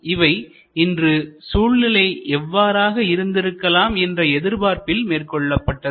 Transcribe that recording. இவை இன்று சூழ்நிலை எவ்வாறாக இருந்திருக்கலாம் என்ற எதிர்பார்ப்பில் மேற்கொள்ளப்பட்டது